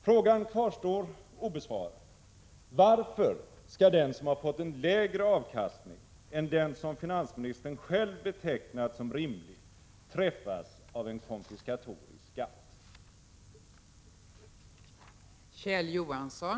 Frågan kvarstår obesvarad: Varför skall den som fått en lägre avkastning än den som finansministern själv betecknar som rimlig träffas av en konfiskatorisk skatt?